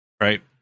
Right